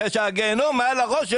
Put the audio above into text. שהגיהינום מעל הראש שלו,